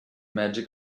magic